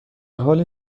حالی